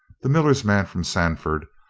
the miller's man from sandford,